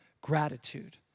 gratitude